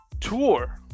tour